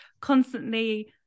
constantly